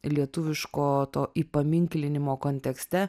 lietuviško to įpaminklinimo kontekste